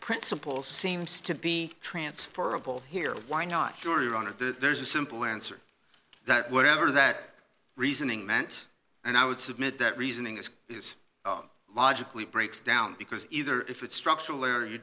principle seems to be transferable here why not sure your honor there's a simple answer that whatever that reasoning meant and i would submit that reasoning this is logically breaks down because either if it structurally or you